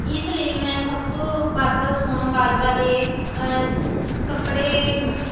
ਇਸ ਲਈ ਮੈਂ ਸਭ ਤੋਂ ਵੱਧ ਸੋਨਮ ਬਾਜਵਾ ਦੇ ਕੱਪੜੇ